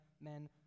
men